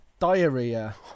diarrhea